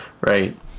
right